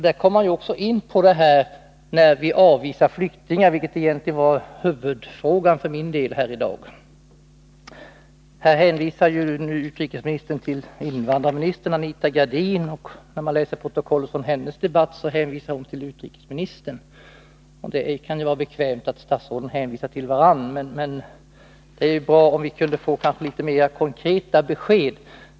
att stödja kurdiska Vad jag huvudsakligen ville understryka i min fråga var det faktum att vi — minoriteter avvisar flyktingar. Utrikesministern hänvisar till vad invandrarminister Anita Gradin har sagt. Men när man läser i protokollet vad Anita Gradin sagt i detta ärende, finner man att hon hänvisar till vad utrikesministern uttalat. Det kan ju vara bekvämt för statsråden att hänvisa till vad ett annat statsråd har sagt. Men det vore ändå bra om vi kunde få litet mera konkreta besked.